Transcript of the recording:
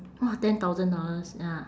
!wah! ten thousand dollars ya